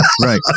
Right